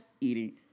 Eating